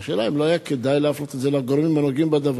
אבל השאלה היא אם לא היה כדאי להפנות את זה לגורמים הנוגעים בדבר,